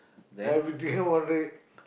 everything want red